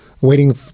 waiting